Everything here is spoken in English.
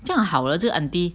这样好的这个 aunty